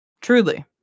Truly